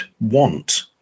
want